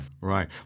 right